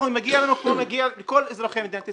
מגיע לנו כמו שמגיע לכל אזרחי המדינה.